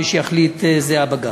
מי שיחליט זה הבג"ץ.